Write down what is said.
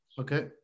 Okay